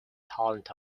talent